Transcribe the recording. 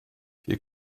hier